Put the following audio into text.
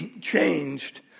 changed